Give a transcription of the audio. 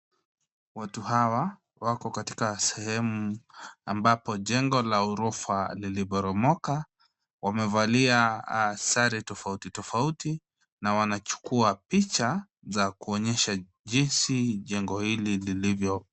Watu hawa wako kwenye sehemu ambapo jengo la ghorofa limeporomoka. Wamevalia sare tofauti tofauti na wanachukua picha za kuonyesha jinsi jengo hili lilivyo.